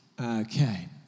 Okay